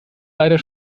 leider